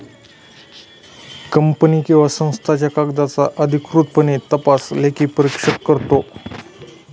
company किंवा संस्थांच्या कागदांचा अधिकृतपणे तपास लेखापरीक्षक करतो